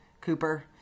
Cooper